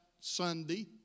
Sunday